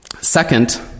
Second